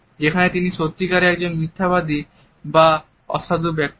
যেখানে তিনি সত্যিকারের একজন মিথ্যাবাদী বা অসাধু ব্যক্তি